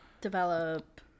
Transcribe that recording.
Develop